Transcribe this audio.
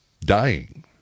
dying